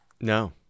No